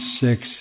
six